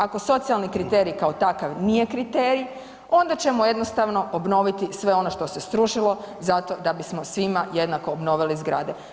Ako socijalni kriterij kao takav nije kriterij onda ćemo jednostavno obnoviti sve ono što se srušilo zato da bismo svima jednako obnovili zgrade.